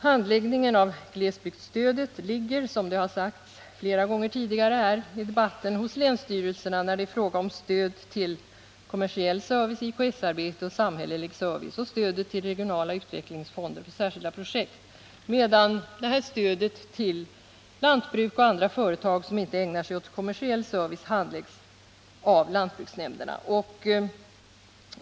Handläggningen av glesbygdsstödet ligger, som det sagts flera gånger tidigare i debatten — hos länsstyrelserna när det är fråga om stöd till kommersiell service, IKS-arbete och samhällelig service samt stöd till regionala utvecklingsfonder för särskilda projekt, medan stödet till lantbruk och andra företag som inte ägnar sig åt kommersiell service handläggs av lantbruksnämnderna.